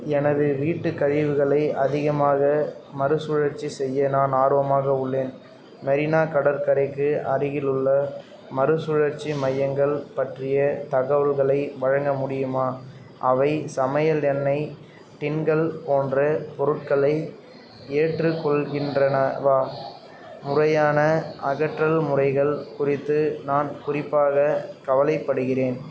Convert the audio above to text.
எனது வீட்டு கழிவுகளை அதிகமாக மறுசுழற்சி செய்ய நான் ஆர்வமாக உள்ளேன் மெரினா கடற்கரைக்கு அருகிலுள்ள மறுசுழற்சி மையங்கள் பற்றிய தகவல்களை வழங்க முடியுமா அவை சமையல் எண்ணெய் டின்கள் போன்ற பொருட்களை ஏற்றுக்கொள்கின்றனவா முறையான அகற்றல் முறைகள் குறித்து நான் குறிப்பாக கவலைப்படுகிறேன்